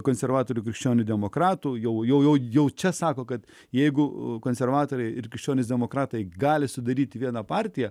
konservatorių krikščionių demokratų jau jau čia sako kad jeigu konservatoriai irgi šiomis demokratai gali sudaryti vieną partiją